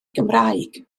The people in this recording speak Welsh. gymraeg